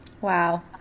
Wow